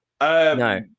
No